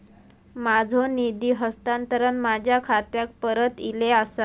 माझो निधी हस्तांतरण माझ्या खात्याक परत इले आसा